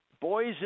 Boys